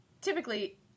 typically